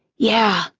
yeah.